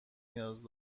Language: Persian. نیاز